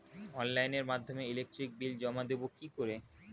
অনলাইনের মাধ্যমে electric bill জমা দেবো কি করে?